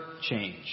change